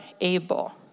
able